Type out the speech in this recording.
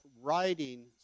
writing